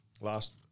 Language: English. last